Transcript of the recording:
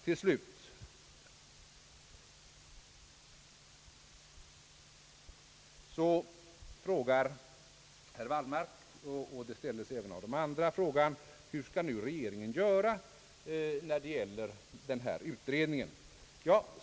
Till slut frågar Wallmark, och den frågan har ställts även av andra talare: Hur skall regeringen göra när det gäller den här utredningen?